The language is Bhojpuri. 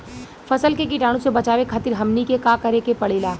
फसल के कीटाणु से बचावे खातिर हमनी के का करे के पड़ेला?